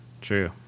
True